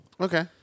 Okay